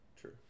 True